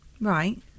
Right